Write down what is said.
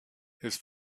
his